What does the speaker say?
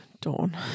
Dawn